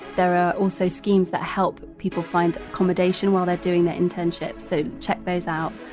there are also schemes that help people find accommodation while they're doing the internships so check those out.